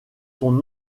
son